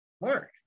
Mark